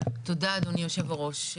תודה אדוני יושב-הראש.